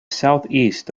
southeast